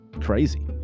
crazy